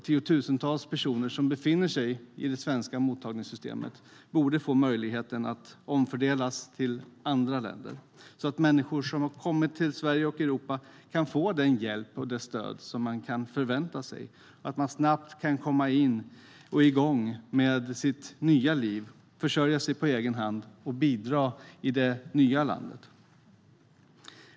Tiotusentals personer som nu befinner sig i vårt mottagningssystem borde få möjligheten att omfördelas till andra länder, så att människor som kommer till Sverige och Europa kan få den hjälp och det stöd som man kan förvänta sig, så att man snabbt kan komma igång med sitt nya liv och försörja sig på egen hand och bidra i det nya landet.